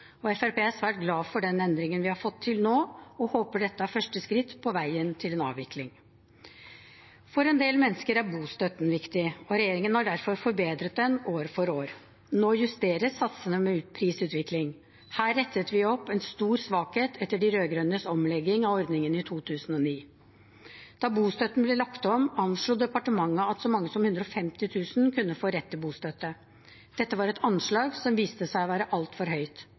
er svært glad for den endringen vi har fått til nå, og håper dette er første skritt på veien til en avvikling. For en del mennesker er bostøtten viktig, og regjeringen har derfor forbedret den år for år. Nå justeres satsene med prisutviklingen. Her rettet vi opp en stor svakhet etter de rød-grønnes omlegging av ordningen i 2009. Da bostøtten ble lagt om, anslo departementet at så mange som 150 000 kunne få rett til bostøtte. Dette var et anslag som viste seg å være altfor høyt,